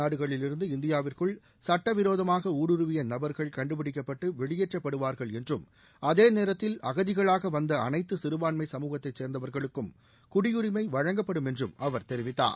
நாடுகளிலிருந்து இந்தியாவிற்குள் சட்டவிரோதமாக ஊடுருவிய அண்டை நபர்கள் கண்டுப்பிடிக்கப்பட்டு வெளியேற்றப்படுவார்கள் என்றும் அதே நேரத்தில் அகதிகளாக வந்த அனைத்து சிறபான்மை சமூகத்தைச் சேர்ந்தவர்களுக்கும் குடியுரிமை வழங்கப்படும் என்றும் அவர் தெரிவித்தார்